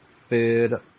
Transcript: Food